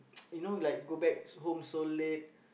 you know like go back home so late